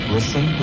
Listen